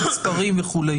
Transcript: מספרים וכו'.